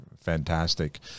fantastic